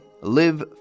live